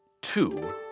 Two